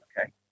Okay